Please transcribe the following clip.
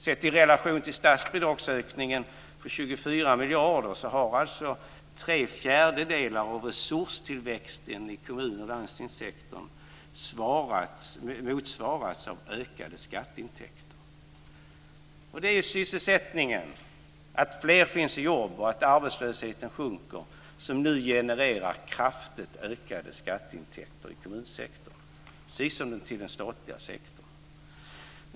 Sett i relation till statsbidragsökningen på 24 miljarder har tre fjärdedelar av resurstillväxten i kommun och landstingssektorn motsvarats av ökade skatteintäkter. Det är sysselsättningen, att fler finns i jobb och att arbetslösheten sjunker, som nu genererar kraftigt ökade skatteintäkter i kommunsektorn, precis som i den statliga sektorn.